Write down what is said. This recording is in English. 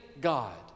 God